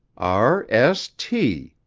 r. s. t,